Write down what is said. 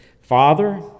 Father